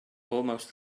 almost